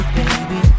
baby